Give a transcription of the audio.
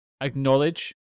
acknowledge